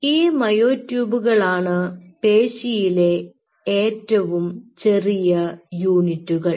ഈ മയോട്യൂബുകളാണ് പേശികളിലെ ഏറ്റവും ചെറിയ യൂണിറ്റുകൾ